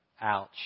Ouch